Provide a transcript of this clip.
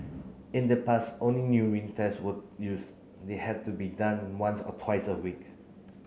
in the past only urine tests were used they had to be done once or twice a week